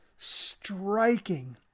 striking